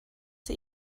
sie